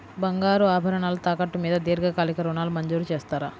బంగారు ఆభరణాలు తాకట్టు మీద దీర్ఘకాలిక ఋణాలు మంజూరు చేస్తారా?